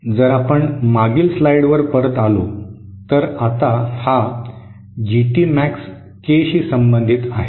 जर आपण मागील स्लाइडवर परत आलो तर आता हा जीटी मॅक्स के शी संबंधित आहे